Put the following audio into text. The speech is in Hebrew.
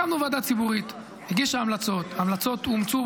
הקמנו ועדה ציבורית, הגישה המלצות, ההמלצות אומצו.